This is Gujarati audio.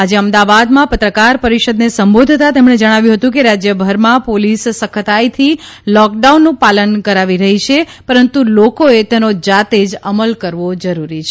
આજે અમદાવાદમાં પત્રકાર પરિષદને સંબોધતાં તેમણે જણાવ્યુ હતું કે રાજ્ય ભરમાં પોલીસ સખતાઈથી લોક ડાઉનનું પાલન કરવી રહી છે પરંતુ લોકોએ તેનો જાતેજ અમલ કરવો જરૂરી છે